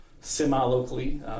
semi-locally